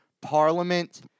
Parliament